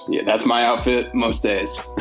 yeah that's my outfit most days